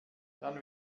dann